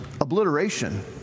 obliteration